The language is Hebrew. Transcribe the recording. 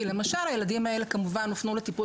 כי למשל הילדים האלה כמובן הופנו לטיפול